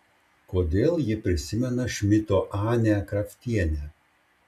kodėl ji prisimena šmito anę kraftienę